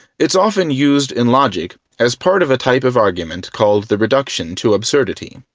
it's often used in logic as part of a type of argument called the reduction to absurdity.